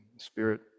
Spirit